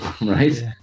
right